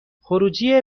خروجی